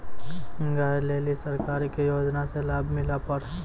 गाय ले ली सरकार के योजना से लाभ मिला पर?